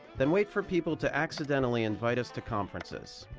then wait for people to accidentally invite us to conferences.